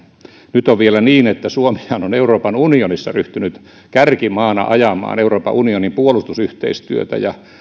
nyt on vielä niin että suomihan on euroopan unionissa ryhtynyt kärkimaana ajamaan euroopan unionin puolustusyhteistyötä ja